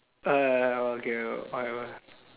uh okay o~ whatever